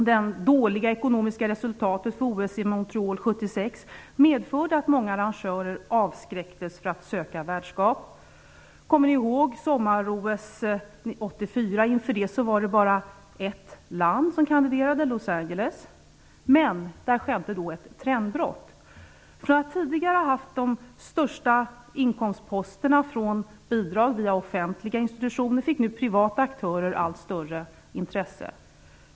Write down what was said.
Det dåliga ekonomiska resultatet för OS i Montreal 1976 medförde att många arrangörer avskräcktes från att söka värdskap. Kommer ni ihåg sommar-OS 1984? Inför var det bara en stad som kandiderade, Los Angeles. Men där skedde ett trendbrott. Tidigare utgjordes de största inkomstposterna av bidrag via offentliga institutioner. Nu fick privata aktörer allt större intresse.